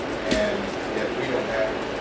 and yet, we don't have